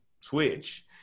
switch